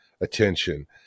attention